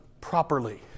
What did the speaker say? properly